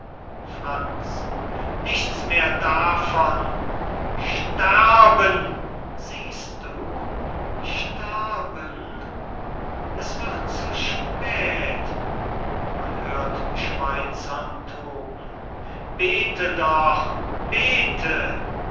franz nichts mehr davon sterben siehst du sterben es wird zu spät man hört schweizern toben bete doch bete